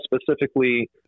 specifically